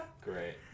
Great